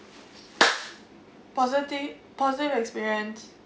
positive positive experience